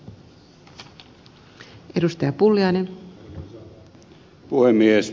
arvoisa puhemies